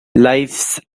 lifes